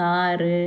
car